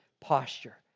posture